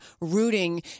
rooting